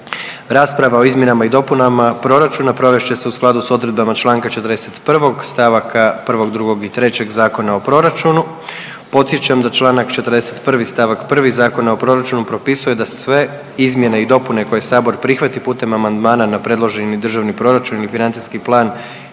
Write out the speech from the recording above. Rasprava o izmjenama i dopunama proračuna provest će se u skladu s odredbama čl. 41 st. 1., 2. i 3. Zakona o proračunu. Podsjećam da čl. 41 st. 1 Zakona o proračunu propisuje da sve izmjene i dopune koje Sabor prihvati putem amandmana na predloženi Državni proračun i financijski plan